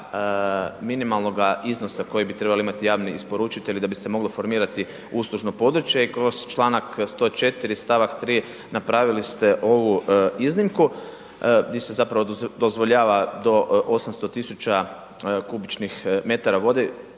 minimalnoga iznosa koji bi trebali imati javni isporučitelji da bi se moglo formirati uslužno područje kroz Članak 4. stavak 3. napravili ste ovu iznimku gdje se zapravo dozvoljava do 800 tisuća m3 vode,